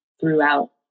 throughout